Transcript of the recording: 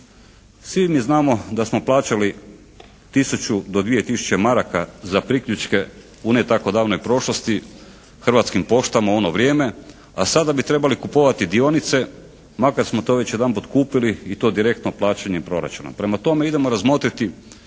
Svi mi znamo da smo plaćali tisuću do 2 tisuće maraka za priključke u ne tako davnoj prošlosti hrvatskim poštama u ono vrijeme, a sada bi trebali kupovati dionice makar smo to već jedanput kupili i to direktno plaćanjem proračuna. Prema tome, idemo razmotriti